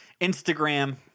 Instagram